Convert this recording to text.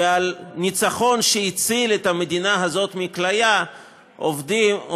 ועל ניצחון שהציל את המדינה הזאת מכליה אומרים: